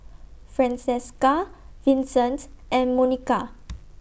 Francesca Vincent and Monika